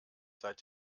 seit